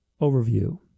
overview